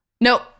No